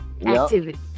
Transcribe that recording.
activity